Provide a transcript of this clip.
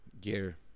gear